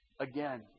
again